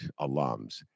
alums